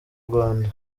rwanda